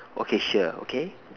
okay sure okay